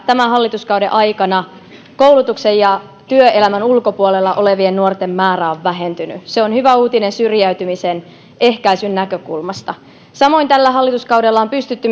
tämän hallituskauden aikana koulutuksen ja työelämän ulkopuolella olevien nuorten määrä on vähentynyt se on hyvä uutinen syrjäytymisen ehkäisyn näkökulmasta samoin tällä hallituskaudella on pystytty